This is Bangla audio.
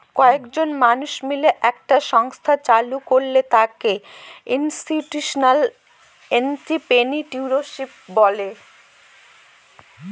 কয়েকজন মানুষ মিলে একটা সংস্থা চালু করলে তাকে ইনস্টিটিউশনাল এন্ট্রিপ্রেনিউরশিপ বলে